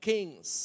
Kings